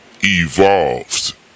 evolved